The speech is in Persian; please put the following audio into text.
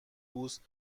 پوست